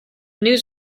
news